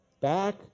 back